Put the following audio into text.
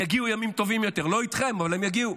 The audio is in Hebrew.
יגיעו ימים טובים יותר, לא איתכם, אבל הם יגיעו.